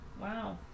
wow